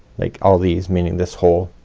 like all these meaning this whole